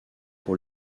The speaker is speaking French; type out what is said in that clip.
pour